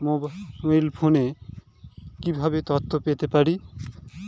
Mobile ফোনে কিভাবে তথ্য পেতে পারি?